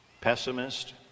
pessimist